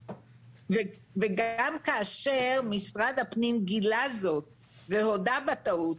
וגם כאשר משרד הפנים גילה זאת והודה בטעות,